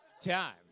Time